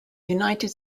united